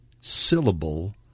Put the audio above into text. syllable